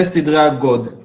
זה סדרי-גודל, כן.